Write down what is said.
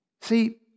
See